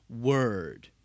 word